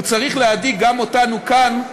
והוא צריך להדאיג גם אותנו כאן,